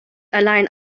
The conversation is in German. alleine